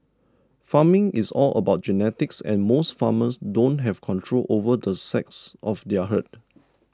farming is all about genetics and most farmers don't have control over the sex of their herd